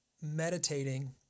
meditating